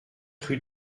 rue